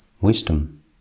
wisdom